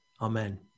Amen